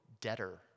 debtor